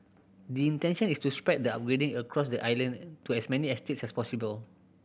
the intention is to spread the upgrading across the island to as many estates as possible